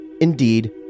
Indeed